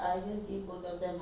ya so that means